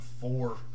four